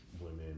women